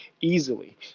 easily